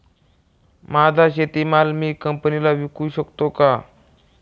माझा शेतीमाल मी कंपनीला विकू शकतो का?